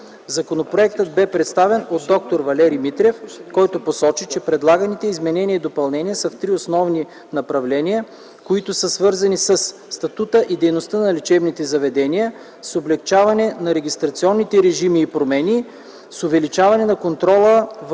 Законопроектът бе представен от д-р Валерий Митрев, който посочи, че предлаганите изменения и допълнения са в три основни направления, които са свързани със статута и дейността на лечебните заведения; с облекчаване на регистрационните режими и промени; с увеличаване на контрола върху